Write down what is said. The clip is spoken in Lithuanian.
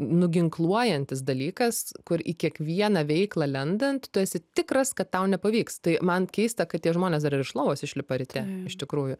nuginkluojantis dalykas kur į kiekvieną veiklą lendant tu esi tikras kad tau nepavyks tai man keista kad tie žmonės dar iš lovos išlipa ryte iš tikrųjų